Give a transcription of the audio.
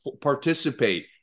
participate